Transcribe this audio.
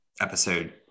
episode